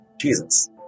Jesus